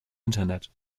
internet